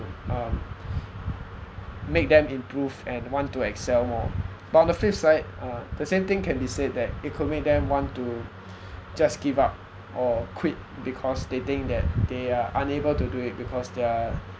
um make them improve and want to excel more but on the flip side the same thing can be said that it could make them want to just give up or quit because they think that they are unable to do it because they're